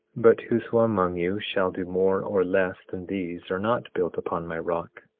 but whoso among you shall do more or less than these are not built upon my rock,